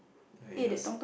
okay let's